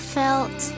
felt